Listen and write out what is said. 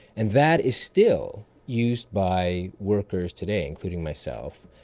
and that is still used by workers today, including myself,